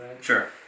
Sure